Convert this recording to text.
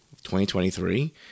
2023